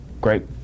Great